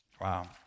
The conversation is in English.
Wow